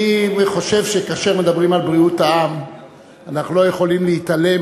אני חושב שכאשר מדברים על בריאות העם אנחנו לא יכולים להתעלם,